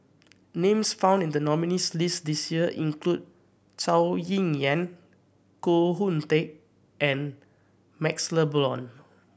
names found in the nominees' list this year include Zhou Ying Yan Koh Hoon Teck and MaxLe Blond